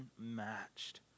unmatched